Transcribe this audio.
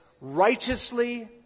righteously